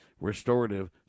restorative